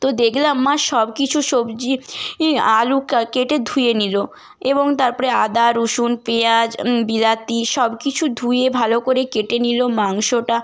তো দেখলাম মা সব কিছু সবজি ই আলু কেটে ধুয়ে নিলো এবং তারপরে আদা রসুন পেঁয়াজ বিরাতি সব কিছু ধুয়ে ভালো করে কেটে নিলো মাংসটা